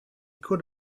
could